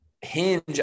Hinge